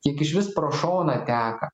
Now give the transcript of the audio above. kiek išvis pro šoną teka